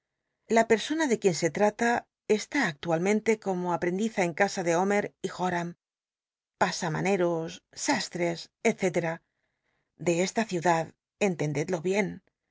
la persona de quien se trata est á actualmente como aprendiza en casa de omer y joram pasarnaneros sastres ele de esta ciudad entendccllo bien